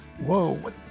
Whoa